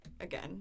Again